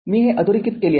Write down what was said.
मी हे अधोरेखित केले आहे